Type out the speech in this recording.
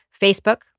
Facebook